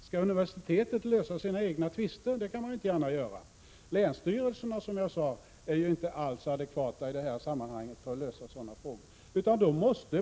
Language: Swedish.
Skall universitetet lösa sina egna tvister? Så kan man inte gärna göra. Länsstyrelserna är, som jag sade, inte alls adekvata i det här sammanhanget.